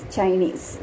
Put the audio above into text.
Chinese